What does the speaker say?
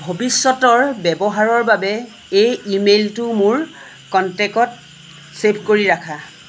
ভৱিষ্যতৰ ব্যৱহাৰৰ বাবে এই ইমেইলটো মোৰ কণ্টেক্টত চেভ কৰি ৰাখা